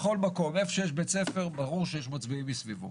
במקום שיש בית ספר ברור שיש מצביעים מסביבו.